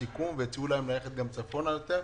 והציעו להם גם ללכת צפונה יותר.